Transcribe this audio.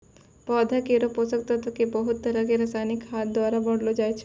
पौधा केरो पोषक तत्व क बहुत तरह सें रासायनिक खाद द्वारा बढ़ैलो जाय छै